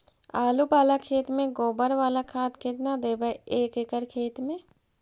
आलु बाला खेत मे गोबर बाला खाद केतना देबै एक एकड़ खेत में?